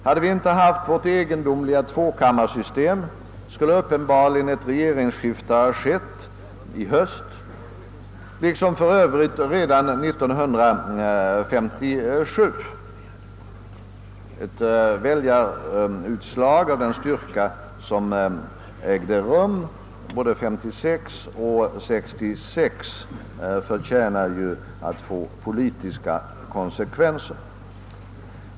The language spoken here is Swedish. Hade vi inte haft vårt egendomliga tvåkammarsystem, skulle uppenbarligen ett regeringsskifte ha skett i höst, liksom för övrigt redan 1957. Ett väljarutslag av den styrka som förelåg både 1956 och 1966 förtjänar att få politiska konsekvenser.